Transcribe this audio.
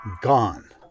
gone